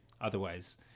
Otherwise